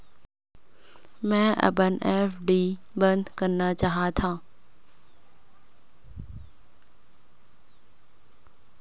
मै अपन एफ.डी बंद करना चाहात हव